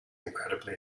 incredibly